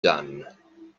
done